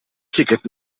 ticket